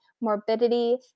morbidity